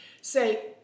say